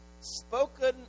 spoken